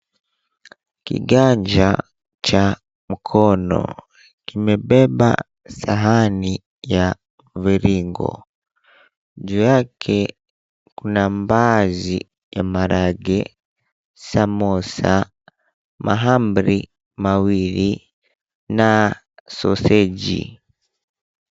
Kiganja cha mkono, kimebeba sahani ya viringo. Juu yake, kuna mbaazi ya maharagwe, samosa, mahamri mawili na soseji .